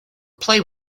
play